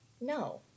No